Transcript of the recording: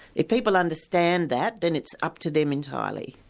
if people understand that, then it's up to them entirely.